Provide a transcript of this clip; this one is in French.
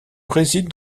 réside